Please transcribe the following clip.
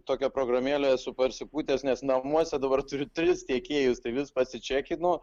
tokią programėlę esu pasipūtęs nes namuose dabar turiu tris tiekėjus tai vis pasičekinu